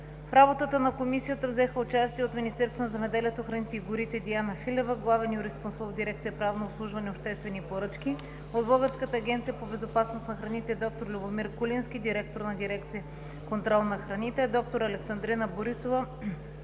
В работата на Комисията взеха участие: от Министерството на земеделието, храните и горите – Диана Филева – главен юрисконсулт в дирекция „Правно обслужване и обществени поръчки“; от Българската агенция по безопасност на храните д р Любомир Кулински – директор на дирекция „Контрол на храните“, д-р Александрина Борисова